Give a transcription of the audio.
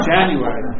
January